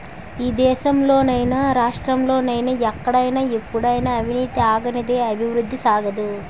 ఈ దేశంలో నైనా రాష్ట్రంలో నైనా ఎక్కడైనా ఎప్పుడైనా అవినీతి ఆగనిదే అభివృద్ధి సాగదు